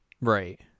Right